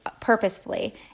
purposefully